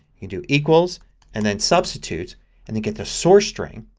you do equals and then substitute and you get the source-string,